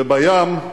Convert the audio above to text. ובים,